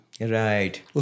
Right